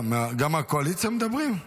גם מהקואליציה מדברים?